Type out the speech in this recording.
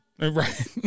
Right